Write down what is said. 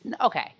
Okay